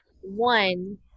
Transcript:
One